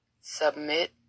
submit